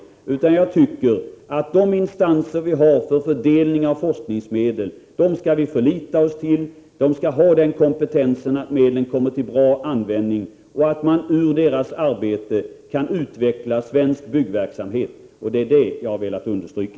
Jag tycker att vi skall förlita oss till de instanser som vi har för fördelning av forskningsmedel. Instanserna skall ha sådan kompetens att medlen kommer till bra användning. På basis av deras arbete skall man kunna utveckla svensk byggverksamhet. Det är det som jag har velat understryka.